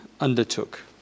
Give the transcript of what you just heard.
undertook